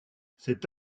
cette